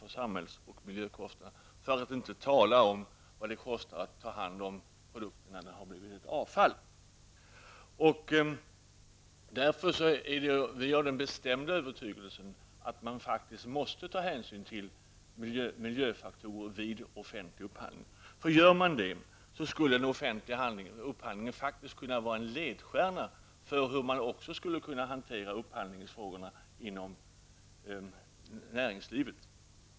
Då har jag ändå inte tagit med vad det kostar att ta hand om produkterna när de har omvandlats till avfall. Vår bestämda övertygelse är att man måste ta hänsyn till miljöfaktorer vid offentlig upphandling. Gör man det, då kan den offentliga upphandlingen faktiskt vara en ledstjärna för hur upphandlingsfrågorna skall kunna hanteras inom näringslivet.